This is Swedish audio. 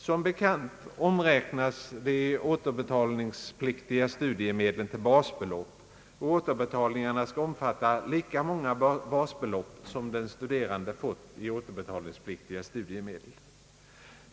Som bekant omräknas de återbetalningspliktiga studiemedlen till basbelopp, och återbetalningarna skall omfatta lika många basbelopp som den studerande fått i återbetalningspliktiga studiemedel.